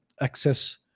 access